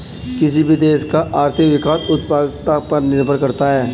किसी भी देश का आर्थिक विकास उत्पादकता पर निर्भर करता हैं